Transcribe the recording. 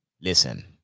Listen